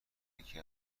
یکی